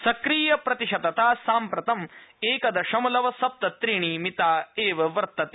सक्रियप्रतिशतता साम्प्रतं एक दशमलव सप्त त्रिणि मिता एव वर्तते